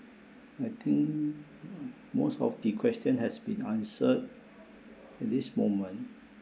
I think most of the question has been answered at this moment